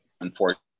Unfortunately